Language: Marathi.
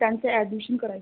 त्यांचं ॲडमिशन करायचं होतं